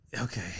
Okay